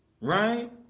Right